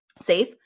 Safe